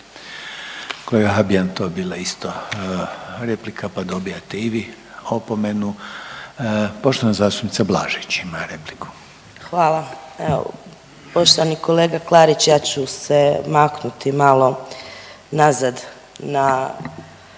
Kolega Habijan to je bila isto replika pa dobijate i vi opomenu. Poštovana zastupnica Blažević ima repliku. **Blažević, Anamarija (HDZ)** Hvala. Poštovani kolega Klarić ja ću se maknuti malo nazad na